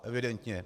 Evidentně.